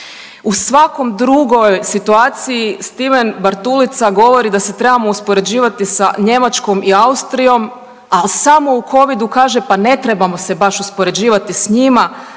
U svakoj drugoj situaciji Stiven Bartulica govori da se trebamo uspoređivati sa Njemačkom i Austrijom, al samo u covidu kaže, pa ne trebamo se baš uspoređivati s njima,